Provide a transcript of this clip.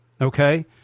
Okay